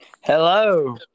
hello